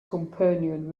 companion